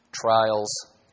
trials